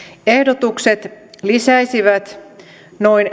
ehdotukset lisäisivät noin